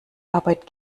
arbeit